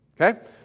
Okay